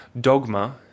dogma